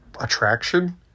attraction